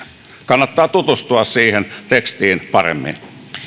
kannattaa tutustua siihen tekstiin paremmin